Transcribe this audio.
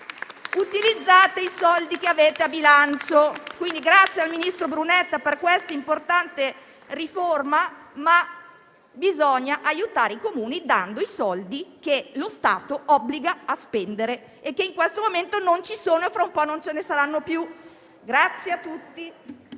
utilizzare i soldi che hanno a bilancio. Ringrazio il ministro Brunetta per questa importante riforma, ma bisogna aiutare i Comuni dando loro i soldi che lo Stato obbliga a spendere, che in questo momento non ci sono e che fra un po' non ci saranno più.